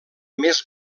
més